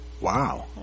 wow